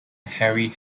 harry